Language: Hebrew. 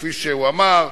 כפי שהוא אמר,